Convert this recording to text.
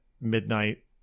midnight